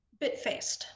BitFaced